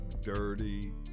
dirty